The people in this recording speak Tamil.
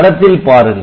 படத்தில் பாருங்கள்